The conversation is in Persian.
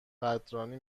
قدردانی